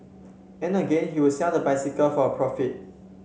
and again he would sell the bicycle for a profit